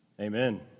Amen